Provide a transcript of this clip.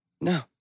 No